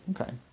Okay